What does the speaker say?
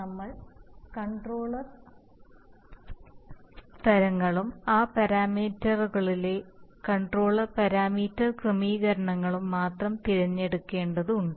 നമുക്ക് കൺട്രോളർ തരങ്ങളും ആ പാരാമീറ്ററുകളിലെ കൺട്രോളർ പാരാമീറ്റർ ക്രമീകരണങ്ങളും മാത്രo തിരഞ്ഞെടുക്കേണ്ടതുണ്ട്